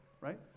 right